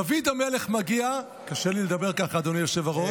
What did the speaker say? דוד המלך מגיע, קשה לי לדבר כך, אדוני היושב-ראש.